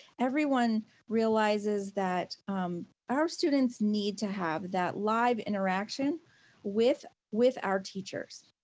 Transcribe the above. everyone realizes that um our students need to have that live interaction with with our teachers.